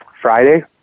Friday